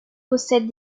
possèdent